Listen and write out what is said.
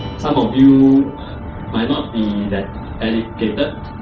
some of you might not be that educated,